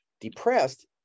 depressed